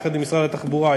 עם משרד התחבורה,